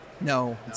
No